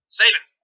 Steven